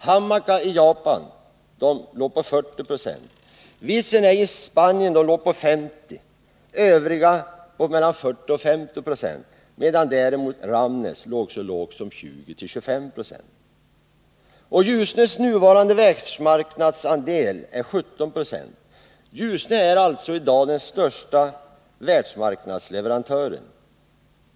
Hamanaka i Japan låg på 40 Jo, Vicinay i Spanien låg på 50 20, övriga på mellan 40 och 50 26, medan Ramnäs låg på endast 20-25 4. Ljusnes nuvarande världsmarknadsandel är 17 90. Ljusne är alltså i dag den största världsmarknadsleverantören.